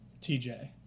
TJ